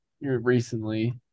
recently